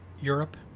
Europe